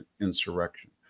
insurrection